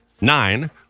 nine